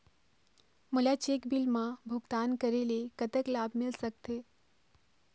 मोला cheque bill मा भुगतान करेले कतक लाभ मिल सकथे?